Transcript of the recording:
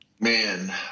man